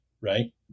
right